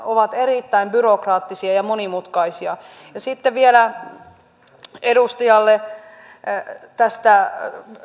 ovat erittäin byrokraattisia ja monimutkaisia sitten vielä edustajalle tästä